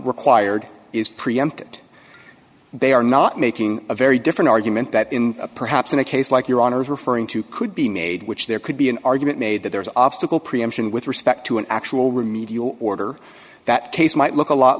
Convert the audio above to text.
required is preempted they are not making a very different argument that in perhaps in a case like your honour's referring to could be made which there could be an argument made that there is obstacle preemption with respect to an actual remedial order that case might look a lot